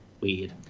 weird